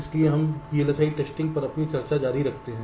इसलिए यहां हम वीएलएसआई टेस्टिंग पर अपनी चर्चा जारी रखते हैं